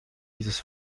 dieses